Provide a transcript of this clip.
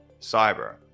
Cyber